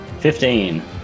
Fifteen